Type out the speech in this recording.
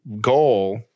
goal